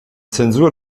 zensur